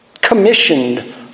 commissioned